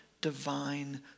divine